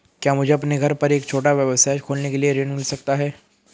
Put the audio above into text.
क्या मुझे अपने घर पर एक छोटा व्यवसाय खोलने के लिए ऋण मिल सकता है?